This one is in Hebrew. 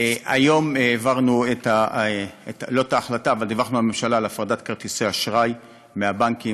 היום דיווחנו לממשלה על הפרדת כרטיסי האשראי מהבנקים,